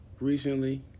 Recently